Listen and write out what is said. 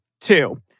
two